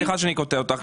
סליחה שאני קוטע אותך.